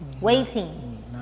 waiting